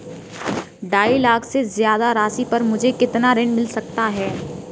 ढाई लाख से ज्यादा राशि पर मुझे कितना ऋण मिल सकता है?